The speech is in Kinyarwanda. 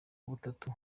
butatu